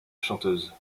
chanteuse